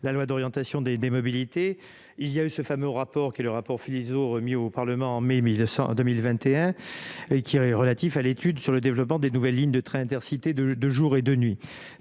la loi d'orientation des mobilités il y a eu ce fameux rapport qui le rapport Philizot remis au Parlement en mai 1900 en 2021 et qui est relatif à l'étude sur le développement des nouvelles lignes de trains Intercités de jour et de nuit,